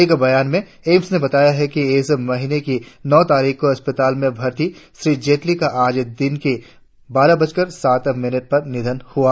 एक बयान में एम्स ने बताया है कि इस महीने की नौ तारीख को अस्पताल में भर्ती श्री जेटली का आज दिन में बारह बजकर सात मिनट पर निधन हुआ